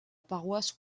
paroisse